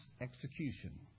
execution